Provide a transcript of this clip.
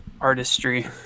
artistry